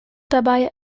dabei